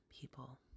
people